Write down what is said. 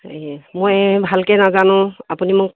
এই মই ভালকৈ নাজানো আপুনি মোক